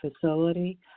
facility